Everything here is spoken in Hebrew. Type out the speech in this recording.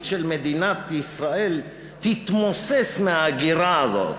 של מדינת ישראל תתמוסס מההגירה הזאת.